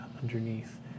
underneath